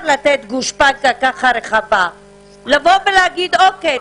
שאי-אפשר לתת גושפנקא כזו רחבה ולהגיד: אוקיי,